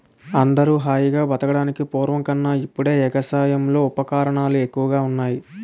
అందరూ హాయిగా బతకడానికి పూర్వం కన్నా ఇప్పుడే ఎగసాయంలో ఉపకరణాలు ఎక్కువగా ఉన్నాయ్